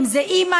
אם זה אימא,